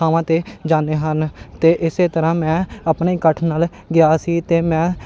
ਥਾਵਾਂ 'ਤੇ ਜਾਂਦੇ ਹਨ ਅਤੇ ਇਸ ਤਰ੍ਹਾਂ ਮੈਂ ਆਪਣੇ ਇਕੱਠ ਨਾਲ ਗਿਆ ਸੀ ਅਤੇ ਮੈਂ